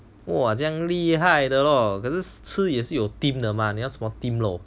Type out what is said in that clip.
哇真厉害的咯可是吃也是有 theme 的嘛你要什么 theme lor